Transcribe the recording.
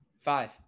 five